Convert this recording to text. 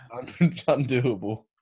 undoable